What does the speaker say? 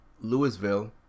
Louisville